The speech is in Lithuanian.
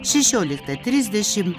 šešioliktą trisdešim